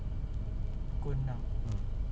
duduk dekat tampines sampai about five twenty